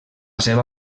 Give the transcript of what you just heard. seva